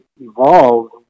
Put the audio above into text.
evolved